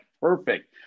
Perfect